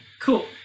cool